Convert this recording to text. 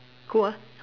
cool ah